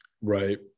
right